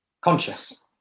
conscious